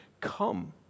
come